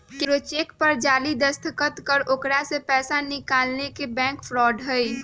केकरो चेक पर जाली दस्तखत कर ओकरा से पैसा निकालना के बैंक फ्रॉड हई